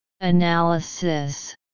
analysis